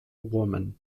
woman